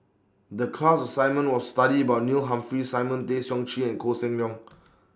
The class assignment was study about Neil Humphreys Simon Tay Seong Chee and Koh Seng Leong